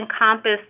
encompass